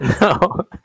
No